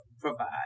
provide